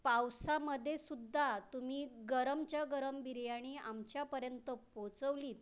पावसामध्येसुद्धा तुम्ही गरमच्या गरम बिर्याणी आमच्यापर्यंत पोचवलीत